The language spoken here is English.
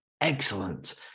excellent